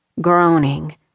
Groaning